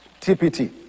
TPT